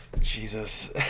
Jesus